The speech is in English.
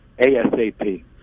ASAP